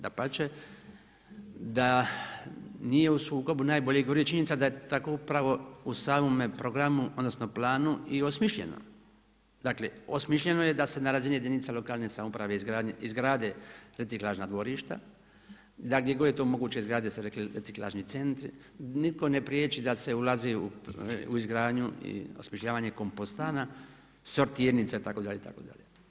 Dapače, da nije u sukobu najbolje govori činjenica da je tako upravo u samome programu odnosno planu i osmišljeno da se na razini jedinica lokalne samouprave izgrade reciklažna dvorišta, da gdje god je to moguće izgrade se reciklažni centri, nitko ne priječi da se ulazi u izgradnju i osmišljavanje kompostana, sortirnica itd. itd.